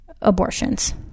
abortions